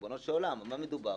ריבונו של עולם, על מה מדובר?